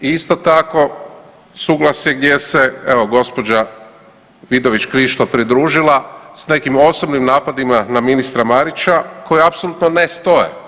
Isto tako, suglasje gdje se gospođa Vidović Krišto pridružila s nekim osobnim napadima na ministra Marića koji apsolutno ne stoje.